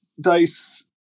dice